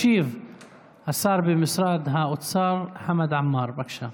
ישיב השר במשרד האוצר חמד עמאר, בבקשה.